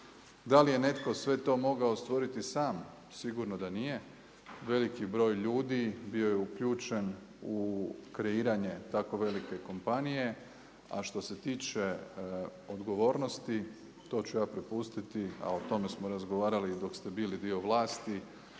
Da li je netko sve to mogao stvoriti sam, sigurno da nije, veliki broj ljudi bio je uključen u tako velike kompanije a što se tiče odgovornosti to ću ja prepustiti a o tome smo razgovarali i dok ste bili dio vlasti